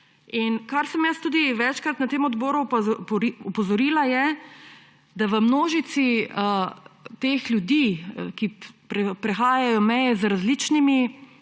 jaz sem tudi večkrat na tem odboru opozorila, da v množici teh ljudi, ki prehajajo meje z različnimi